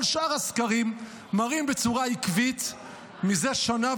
כל שאר הסקרים מראים בצורה עקבית זה שנה